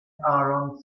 aaron